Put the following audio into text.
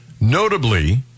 Notably